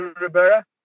Rivera